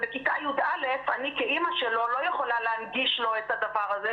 ובכיתה י"א אני כאימא שלו לא יכולה להנגיש לו את הדבר הזה,